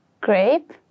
grape